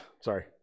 sorry